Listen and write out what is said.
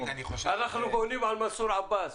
אנחנו בונים על מנסור עבאס.